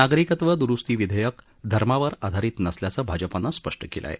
नागरिकत्व दुरुस्ती विधेयक धर्मावर आधारित नसल्याचं भाजपानं स्पष्ट केलं आहे